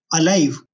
alive